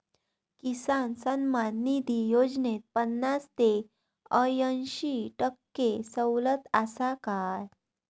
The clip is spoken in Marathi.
किसान सन्मान निधी योजनेत पन्नास ते अंयशी टक्के सवलत आसा काय?